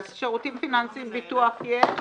אז שירותים פיננסיים ביטוח, יש?